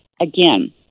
again